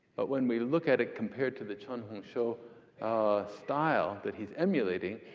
but when we look at it compared to the chen hongshou so style that he's emulating,